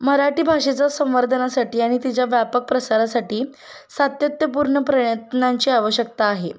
मराठी भाषेचा संवर्धनासाठी आणि तिच्या व्यापक प्रसारासाठी सातत्यपूर्ण प्रयत्नांची आवश्यकता आहे